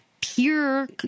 pure